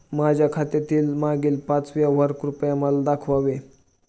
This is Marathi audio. माझ्या खात्यातील मागील पाच व्यवहार कृपया मला दाखवावे